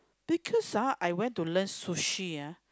because ah I went to learn Sushi ah